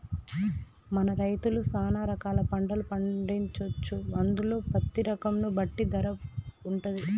మన రైతులు సాన రకాల పంటలు పండించొచ్చు అందులో పత్తి రకం ను బట్టి ధర వుంటది